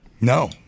no